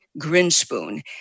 Grinspoon